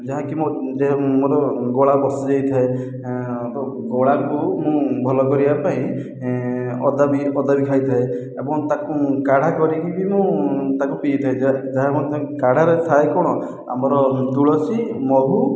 ଯାହାକି ମୋ ମୋର ଗଳା ବସିଯାଇଥାଏ ଗଳାକୁ ମୁଁ ଭଲ କରିବା ପାଇଁ ଅଦା ବି ଅଦା ବି ଖାଇଥାଏ ଏବଂ ତାକୁ କାଢ଼ା କରିକି ବି ମୁଁ ତାକୁ ପିଇଥାଏ ଯାହା ମଧ୍ୟ କାଢ଼ାରେ ଥାଏ କ'ଣ ଆମର ତୁଳସୀ ମହୁ